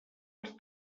els